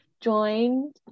Joined